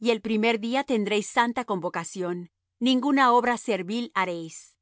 el primer día tendréis santa convocación ningúna obra servil haréis